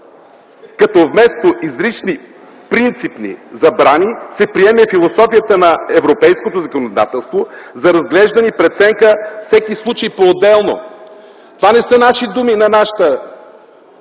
като, вместо изрични принципни забрани, се приеме философията на европейското законодателство за разглеждане и преценка всеки случай поотделно.” Това не са думи на нашата